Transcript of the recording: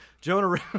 Jonah